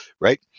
right